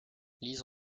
lise